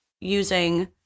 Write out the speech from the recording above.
using